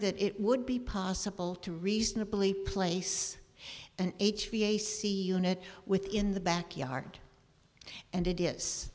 that it would be possible to reasonably place an h v ac unit within the back yard and it is